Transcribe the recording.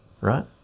right